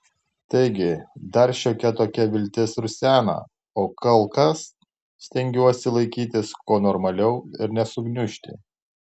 taigi dar šiokia tokia viltis rusena o kol kas stengiuosi laikytis kuo normaliau ir nesugniužti